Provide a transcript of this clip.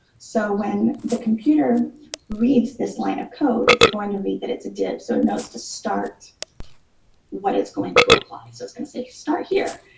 so when the computer reads this line of code, it's going to read that it's a div so it knows to start what it's going to apply. so it's going to say start here,